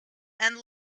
and